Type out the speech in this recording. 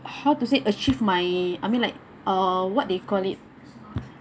how to say achieve my I mean like uh what they call it